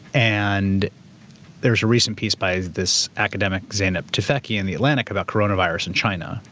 and there's a recent piece by this academic zeynep tufekci in the atlantic about coronavirus in china,